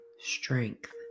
strength